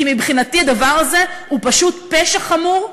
כי מבחינתי הדבר הזה הוא פשוט פשע חמור,